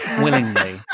willingly